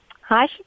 Hi